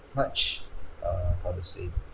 much err how to say